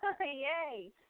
Yay